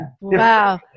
Wow